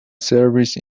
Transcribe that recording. service